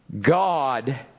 God